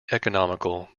economical